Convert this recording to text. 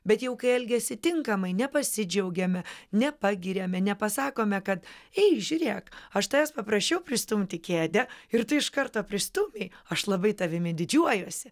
bet jau kai elgiasi tinkamai nepasidžiaugiame nepagiriame nepasakome kad ei žiūrėk aš tavęs paprašiau pristumti kėdę ir tu iš karto pristūmei aš labai tavimi didžiuojuosi